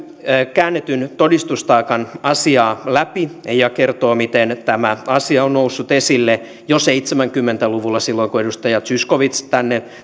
käännetyn todistustaakan asiaa läpi ja kertoo miten tämä asia on noussut esille jo seitsemänkymmentä luvulla silloin kun edustaja zyskowicz tänne